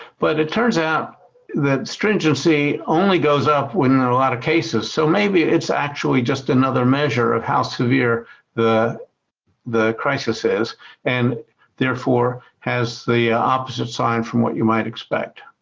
but it turns out that stringency only goes up when there are a lot of cases. so maybe it's actually just another measure of how severe the the crisis is and therefore has the opposite sign from what you might expect.